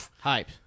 Hype